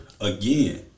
Again